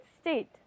state